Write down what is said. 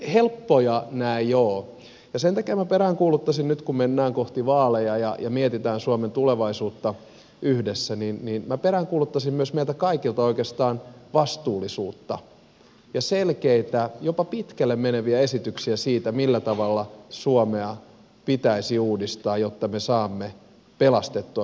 helppoja nämä eivät ole ja sen takia minä peräänkuuluttaisin nyt kun mennään kohti vaaleja ja mietitään suomen tulevaisuutta yhdessä myös meiltä kaikilta oikeastaan vastuullisuutta ja selkeitä jopa pitkälle meneviä esityksiä siitä millä tavalla suomea pitäisi uudistaa jotta me saamme pelastettua hyvinvointiyhteiskuntamme